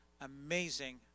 amazing